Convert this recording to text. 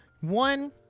One